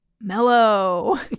Mellow